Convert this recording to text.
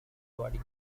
body